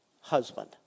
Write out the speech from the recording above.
husband